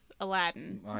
Aladdin